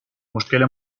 مشکل